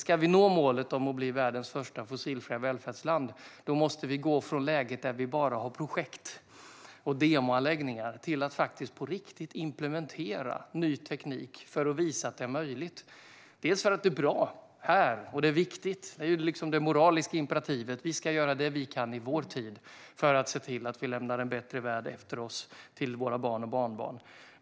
Ska vi nå målet om att bli världens första fossilfria välfärdsland måste vi gå från ett läge där vi bara har projekt och demoanläggningar till att faktiskt på riktigt implementera ny teknik för att visa att det är möjligt, bland annat för att det är bra och viktigt här. Det är det moraliska imperativet, att vi ska göra det vi kan i vår tid för att se till att vi lämnar en bättre värld efter oss till våra barn och barnbarn.